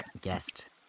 guest